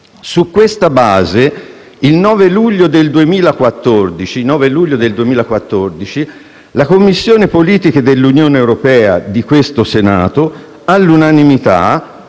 Su questa base, il 9 luglio 2014 la Commissione politiche dell'Unione europea di questo Senato, all'unanimità,